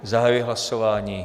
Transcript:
Zahajuji hlasování.